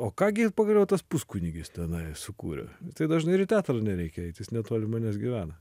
o ką gi pagaliau tas puskunigis tenai sukūrė tai dažnai ir į teatrą nereikia eit jis netoli manęs gyvena